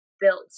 built